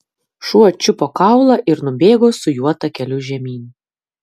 šuo čiupo kaulą ir nubėgo su juo takeliu žemyn